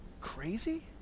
crazy